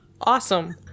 Awesome